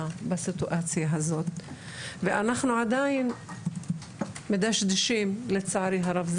בסיטואציה הזאת ואנחנו עדיין מדשדשים לצערי הרב,